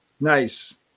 Nice